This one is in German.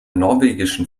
norwegischen